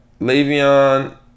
Le'Veon